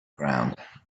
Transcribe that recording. ground